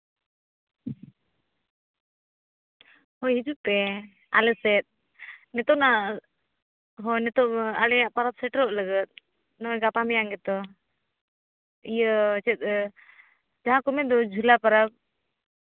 ᱦᱳᱭ ᱦᱤᱡᱩᱜ ᱯᱮ ᱟᱞᱮ ᱥᱮᱫ ᱱᱤᱛᱳᱝᱟᱜ ᱦᱚᱸ ᱱᱤᱛᱳᱝ ᱟᱞᱮᱭᱟᱜ ᱯᱟᱨᱟᱵᱽ ᱥᱮᱴᱮᱨᱚᱜ ᱞᱟᱹᱜᱤᱫ ᱱᱚᱜᱼᱚᱸᱭ ᱜᱟᱯᱟ ᱢᱮᱭᱟᱝ ᱜᱮᱛᱚ ᱤᱭᱟᱹ ᱪᱮᱫ ᱡᱟᱦᱟᱸ ᱠᱚ ᱢᱮᱱᱫᱚ ᱡᱷᱚᱞᱟ ᱯᱟᱨᱟᱵᱽ